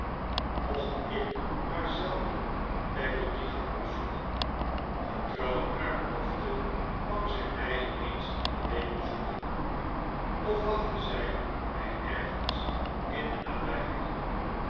mocht ik maar zelden peggotty gaan opzoeken getrouw aan haar belofte kwam zij mij eens in de week bezoeken of wachtte zij mij ergens in de nabijheid op